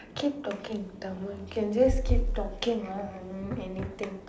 keep talking in Tamil you can just keep talking lah I mean anything